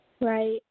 Right